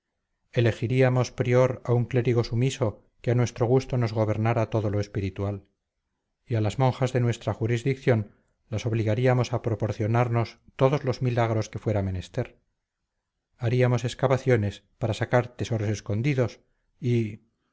elegiríamos prior a un clérigo sumiso que a nuestro gusto nos gobernara todo lo espiritual a las monjas de nuestra jurisdicción las obligaríamos a proporcionarnos todos los milagros que fueran menester haríamos excavaciones para sacar tesoros escondidos y